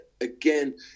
again